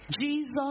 Jesus